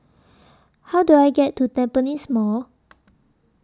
How Do I get to Tampines Mall